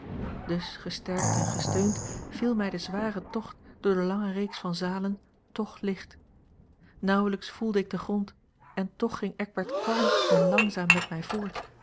dus gesterkt en gesteund viel mij de zware tocht door de lange reeks van zalen toch licht nauwelijks voelde ik den grond en toch ging eckbert kalm en langzaam met mij voort